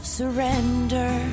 surrender